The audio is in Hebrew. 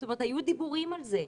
זאת אומרת היו דיבורים על זה.